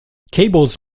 cables